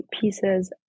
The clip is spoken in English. pieces